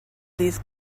these